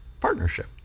partnership